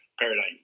paradigm